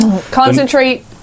concentrate